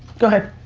go ahead.